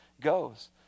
goes